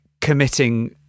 committing